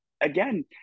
again